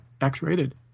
X-rated